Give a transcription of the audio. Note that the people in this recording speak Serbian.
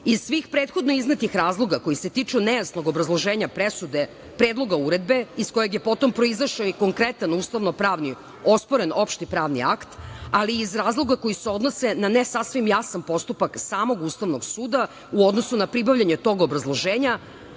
svih prethodno iznetih razloga koji se tiču nejasnog obrazloženja presude Predloga uredbe iz kojeg je potom proizašao i konkretan ustavno-pravni osporen opšti pravni akt, ali i iz razloga koji se odnose na ne sasvim jasan postupak samog Ustavnog suda u odnosu na pribavljanje tog obrazloženja,